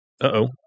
Uh-oh